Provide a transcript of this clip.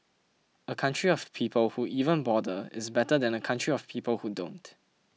a country of people who even bother is better than a country of people who don't